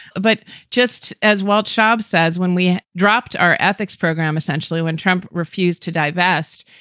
but just as well, shab says when we dropped our ethics program, essentially when trump refused to divest,